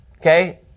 Okay